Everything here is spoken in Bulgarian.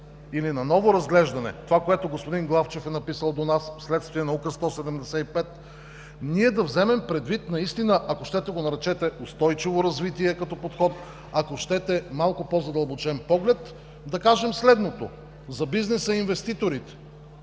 или на ново разглеждане, това, което господин Главчев е написал до нас вследствие на Указ № 175, да вземем предвид наистина, ако щете го наречете „устойчиво развитие“ като подход, ако щете – „малко по-задълбочен поглед“, на бизнеса и инвеститорите